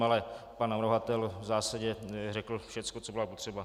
Ale pan navrhovatel v zásadě řekl všecko, co bylo potřeba.